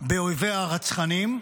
באויביה הרצחניים.